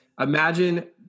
Imagine